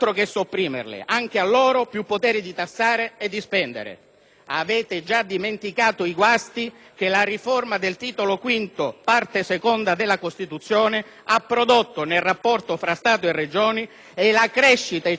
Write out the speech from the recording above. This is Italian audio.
Avete già dimenticato i guasti che la riforma del Titolo V, parte II, della Costituzione ha prodotto nel rapporto tra Stato e Regioni e la crescita eccessiva di tutti i livelli territoriali della pubblica amministrazione,